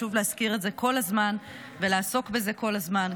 חשוב להזכיר את זה כל הזמן ולעסוק בזה כל הזמן,